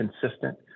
consistent